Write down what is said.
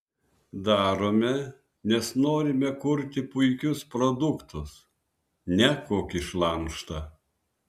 darome nes norime kurti puikius produktus ne kokį šlamštą